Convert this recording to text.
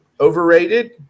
Overrated